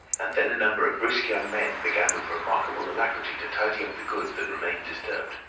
and then a number of brisk young men began with remarkable alacrity to tidy up the goods that remained disturbed.